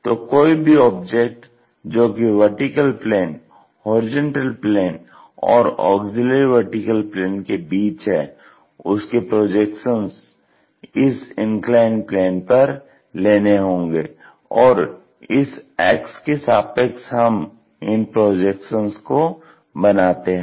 तो कोई भी ऑब्जेक्ट जो कि वर्टिकल प्लेन हॉरिजेंटल प्लेन और ऑग्ज़िल्यरी वर्टीकल प्लेन के बीच है उसके प्रोजेक्शन्स इस इन्क्लाइन्ड प्लेन पर लेने होंगे और इस अक्ष के सापेक्ष हम इन प्रोजेक्शन्स को बनाते हैं